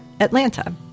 Atlanta